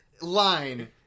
line